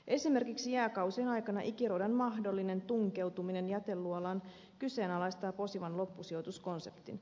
esimerkiksi jääkausien aikana ikiroudan mahdollinen tunkeutuminen jäteluolaan kyseenalaistaa posivan loppusijoituskonseptin